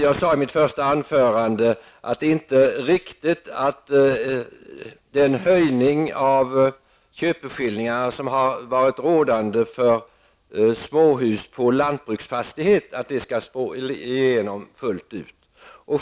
Jag sade i mitt första anförande att det inte är riktigt att den höjning av köpeskillingarna som har sket för småhus på lantbruksfastighet skall slå igenom fullt ut.